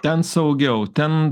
ten saugiau ten